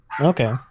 Okay